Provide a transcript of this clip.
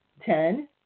ten